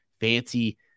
fancy